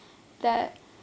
that